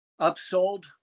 upsold